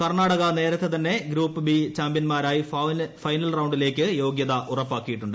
കർണാടക നേരത്തെ തന്നെ group B ചാമ്പ്യൻമാരായി ഫൈനൽ റൌണ്ടിലേക്ക് യോഗ്യത ഉറപ്പാക്കിയിട്ടുണ്ട്